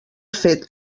fet